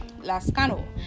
Lascano